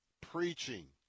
preaching